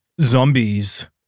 Zombies